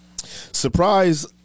Surprise